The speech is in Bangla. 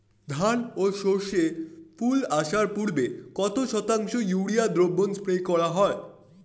ধান ও সর্ষে ফুল আসার পূর্বে কত শতাংশ ইউরিয়া দ্রবণ স্প্রে করা হয়?